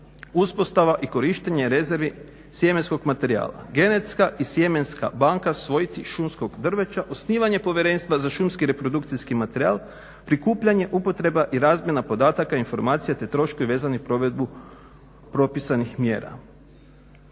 uspostava i korištenje rezervi sjemenskog materijala, genetska i sjemenska banka svojiti šumskog drveća, osnivanje povjerenstva za šumski reprodukcijski materijal, prikupljanje, upotreba i razmjena podataka, informacija, te troškovi vezani za provedbu propisanih mjera.